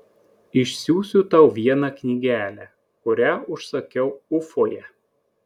išsiųsiu tau vieną knygelę kurią užsakiau ufoje